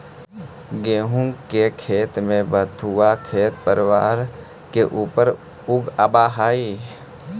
गेहूँ के खेत में बथुआ खेरपतवार के ऊपर उगआवऽ हई